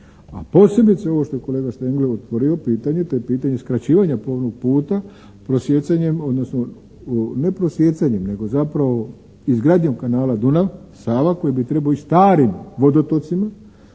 a posebice ovo što je kolega Štengl otvorio pitanje to je pitanje skraćivanja plovnog puta prosijecanjem odnosno ne prosijecanjem nego zapravo izgradnjom kanala Dunav-Sava koji bi trebao ići starim vodotocima